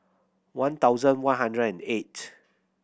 one thousand one hundred and eight